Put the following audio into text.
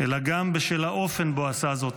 אלא גם בשל האופן שבו עשה זאת,